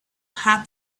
have